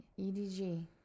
edg